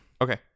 okay